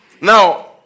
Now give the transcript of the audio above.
Now